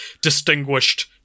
distinguished